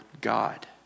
God